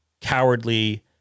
cowardly